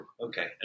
Okay